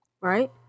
Right